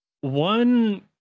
one